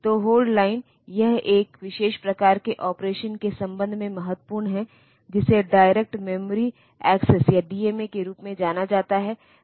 तो hold line यह एक विशेष प्रकार के ऑपरेशन के संबंध में महत्वपूर्ण है जिसे डायरेक्ट मेमोरी एक्सेस या डीएमए के रूप में जाना जाता है